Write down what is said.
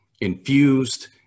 infused